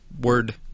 word